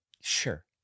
Sure